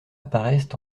apparaissent